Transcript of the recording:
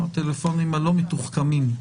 הטלפונים הלא מתוחכמים?